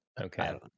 okay